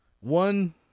One